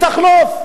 היא תחלוף.